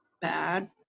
bad